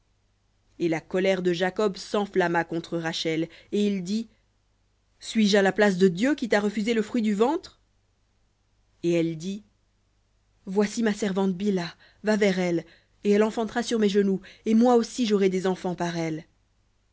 et la colère de jacob s'enflamma contre rachel et il dit suis-je à la place de dieu qui t'a refusé le fruit du ventre et elle dit voici ma servante bilha va vers elle et elle enfantera sur mes genoux et moi aussi j'aurai des enfants par elle